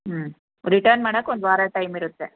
ಹ್ಞೂ ರಿಟರ್ನ್ ಮಾಡಕ್ಕೆ ಒಂದು ವಾರ ಟೈಮ್ ಇರುತ್ತೆ